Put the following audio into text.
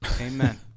Amen